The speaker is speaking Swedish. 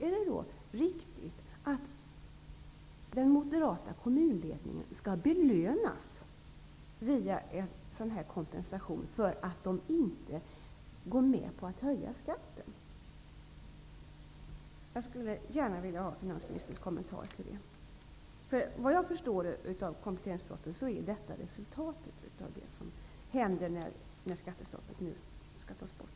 Är det riktigt att denna moderata kommunledning skall belönas med en sådan här kompensation, därför att man i den kommunen inte går med på att höja skatten? Jag vill gärna ha en kommentar från finansministern på det. Som jag förstår av kompletteringspropositionen blir detta resultatet, när skattestoppet nu skall tas bort.